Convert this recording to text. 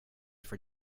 for